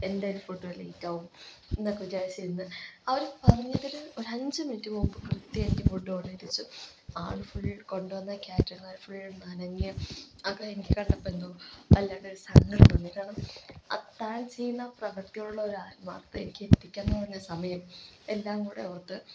എന്തായാലും ഫുഡ് ലേറ്റാകും എന്നൊക്കെ വിചാരിച്ചിരുന്ന് അവർ പറഞ്ഞതിൽ ഒര് അഞ്ചു മിനിറ്റ് മുൻപ് കൃത്യമായിട്ട് ഫുഡ് ഓർഡറെത്തിച്ചു ആൾ ഫുൾ കൊണ്ടു വന്ന കാറ്ററിങ്കാരൻ ഫുൾ നനഞ്ഞ് ആകെ എനിക്കു കണ്ടപ്പോൾ എന്തോ വല്ലാണ്ട് ഒരു സങ്കടം തോന്നിട്ടോ താൻ ചെയ്യുന്ന പ്രവർത്തിയോടുള്ള ആത്മാർത്ഥത എനിക്ക് എത്തിക്കാമെന്ന് പറഞ്ഞ സമയം എല്ലാം കൂടി ഓർത്ത്